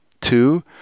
Two